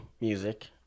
music